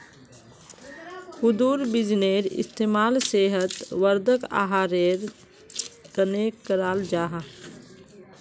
कद्दुर बीजेर इस्तेमाल सेहत वर्धक आहारेर तने कराल जाहा